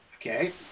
okay